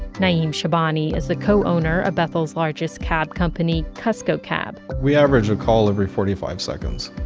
naim shabani is the co-owner of bethel's largest cab company, kusko cab. we average a call every forty five seconds.